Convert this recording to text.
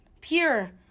Pure